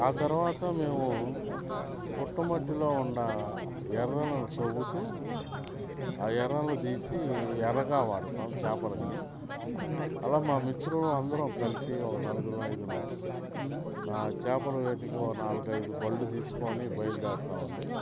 ఆ తరువాత మేము పుట్ట మట్టిలో ఉండ ఎర్రను తవ్వుతూ ఆ ఎర్రలను తీసి ఎరగా వాడతాము చేపలకి అలా మా మిత్రులం అందరం కలిసి ఒక నలుగురం అయిదుగురం చేపల వేటకి ఓ నాలుగైదు బళ్ళు తీసుకొని బయలుదేరుతాము అండి